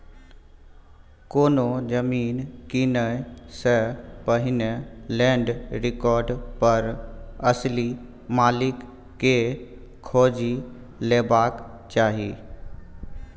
कोनो जमीन कीनय सँ पहिने लैंड रिकार्ड पर असली मालिक केँ खोजि लेबाक चाही